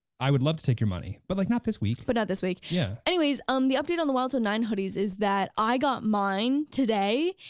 i would love to take your money, but like not this week. but not this week. yeah. anyways, um the update on the wild til nine hoodies is that i got mine today,